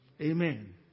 Amen